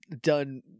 done